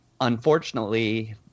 unfortunately